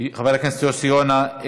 חבר הכנסת יוסי יונה.